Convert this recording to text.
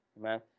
Amen